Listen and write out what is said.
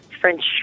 French